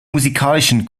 musikalischen